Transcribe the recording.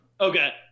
Okay